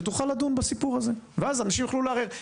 שתוכל לדון בסיפור הזה ואז אנשים יוכלו לערער.